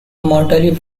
mortally